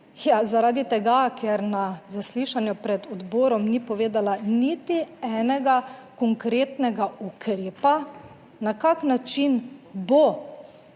zaradi tega, ker na zaslišanju pred odborom ni povedala niti enega konkretnega ukrepa, na kakšen način bo